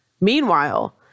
Meanwhile